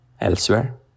elsewhere